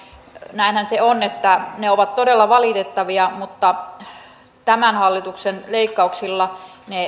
näinhän se on että ne ovat todella valitettavia mutta tämän hallituksen leikkauksilla